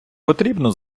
потрібно